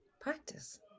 Practice